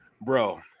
Bro